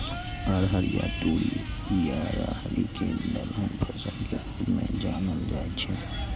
अरहर या तूर या राहरि कें दलहन फसल के रूप मे जानल जाइ छै